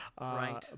Right